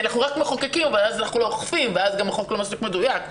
אנחנו רק מחוקקים אבל אנחנו לא אוכפים ואז גם החוק לא מספיק מדויק.